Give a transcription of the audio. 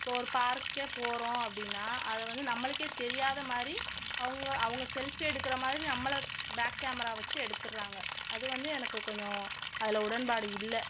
இப்போது ஒரு பார்க்கே போகிறோம் அப்படின்னா அதை வந்து நம்மளுக்கே தெரியாத மாதிரி அவங்க அவங்க செல்ஃபீ எடுக்கிற மாதிரி நம்மளை பேக் கேமரா வெச்சி எடுத்துடுறாங்க அது வந்து எனக்கு கொஞ்சம் அதில் உடன்பாடு இல்லை